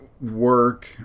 work